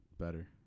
better